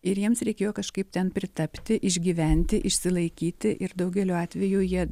ir jiems reikėjo kažkaip ten pritapti išgyventi išsilaikyti ir daugeliu atveju jie